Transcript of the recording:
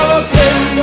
again